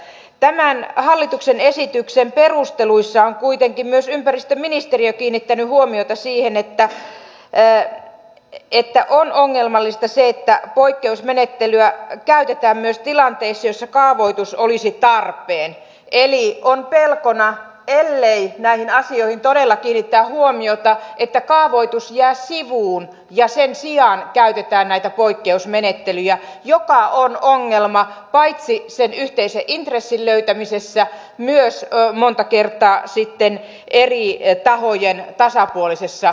tämän hallituksen esityksen perusteluissa on kuitenkin myös ympäristöministeriö kiinnittänyt huomiota siihen että on ongelmallista se että poikkeusmenettelyä käytetään myös tilanteissa joissa kaavoitus olisi tarpeen eli on pelkona ellei näihin asioihin todella kiinnitetä huomiota että kaavoitus jää sivuun ja sen sijaan käytetään näitä poikkeusmenettelyjä mikä on ongelma paitsi sen yhteisen intressin löytämisessä myös monta kertaa sitten eri tahojen tasapuolisessa kohtelussa